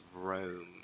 Rome